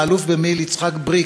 האלוף במיל' יצחק בריק,